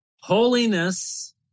Holiness